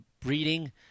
Breeding